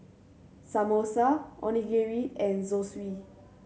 Samosa Onigiri and Zosui